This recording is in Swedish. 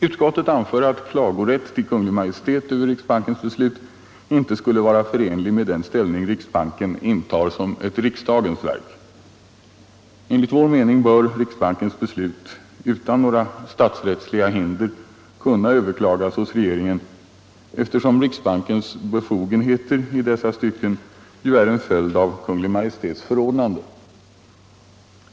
Utskottet anför att klagorätt till Kungl. Maj:t över riksbankens beslut inte skulle vara förenlig med den ställning riksbanken intar som ett riksdagens verk. Enligt vår mening bör riksbankens beslut utan några statsrättsliga hinder kunna överklagas hos regeringen, eftersom riksbankens befogenheter i dessa stycken ju är en följd av Kungl. Maj:ts förordnande.